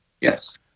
Yes